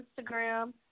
Instagram